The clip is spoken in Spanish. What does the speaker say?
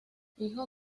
hijo